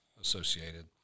associated